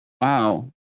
wow